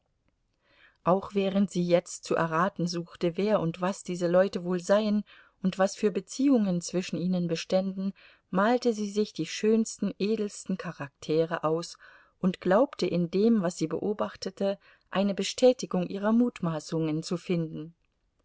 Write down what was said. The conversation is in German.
auch während sie jetzt zu erraten suchte wer und was diese leute wohl seien und was für beziehungen zwischen ihnen beständen malte sie sich die schönsten edelsten charaktere aus und glaubte in dem was sie beobachtete eine bestätigung ihrer mutmaßungen zu finden